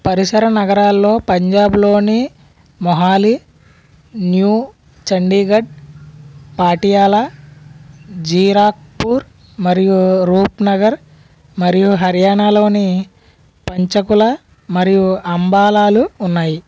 పరిసర నగరాల్లో పంజాబ్లోని మొహాలి న్యూ చండీగఢ్ పాటియాలా జిరాక్పూర్ మరియు రూపనగర్ మరియు హర్యానాలోని పంచకుల మరియు అంబాలాలు ఉన్నాయి